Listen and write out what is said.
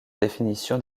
définition